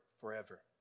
forever